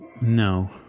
No